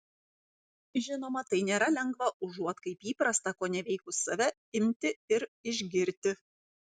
žinoma tai nėra lengva užuot kaip įprasta koneveikus save imti ir išgirti